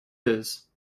his